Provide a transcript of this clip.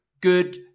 good